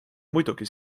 muidugi